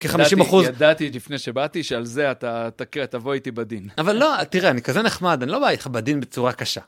כ-50 אחוז. ידעתי לפני שבאתי שעל זה אתה תכה, תבוא איתי בדין. אבל לא, תראה, אני כזה נחמד, אני לא בא איתך בדין בצורה קשה.